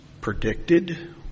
predicted